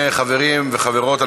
חברים וחברות,